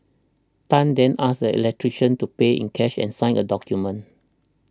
Tan then asked the electrician to pay in cash and sign a document